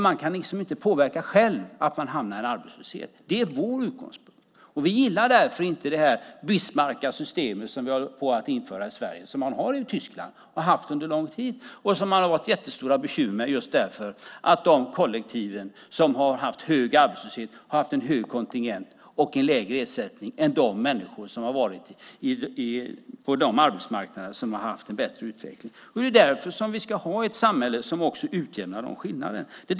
Man kan inte påverka själv att man hamnar i arbetslöshet. Det är vår utgångspunkt. Vi gillar därför inte det Bismarcksystem som håller på ett införas i Sverige och som man har i Tyskland och har haft det under lång tid. Det har varit jättestora bekymmer just därför att de kollektiv som har haft hög arbetslöshet har haft en hög kontingent och en lägre ersättning än de människor som har varit på de arbetsmarknader som har haft en bättre utveckling. Det är därför som vi ska ha ett samhälle som också utjämnar dessa skillnader.